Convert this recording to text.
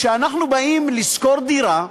כשאנחנו באים לשכור דירה,